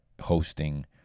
hosting